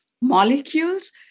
molecules